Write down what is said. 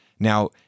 Now